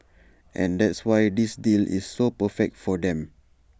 and that's why this deal is so perfect for them